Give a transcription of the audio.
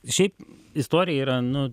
šiaip istorija yra nu